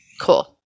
Cool